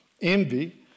envy